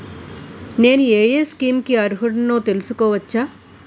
నేను యే యే స్కీమ్స్ కి అర్హుడినో తెలుసుకోవచ్చా?